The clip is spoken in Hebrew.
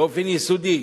באופן יסודי,